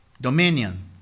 Dominion